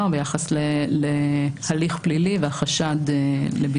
ביחס להליך פלילי והחשד לביצוע עבירה.